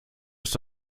ist